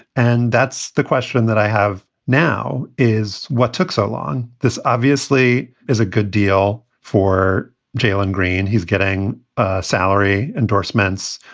and that's the question that i have now is what took so long? this obviously is a good deal for jalen green. he's getting salary endorsements,